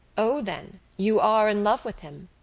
o, then, you are in love with him?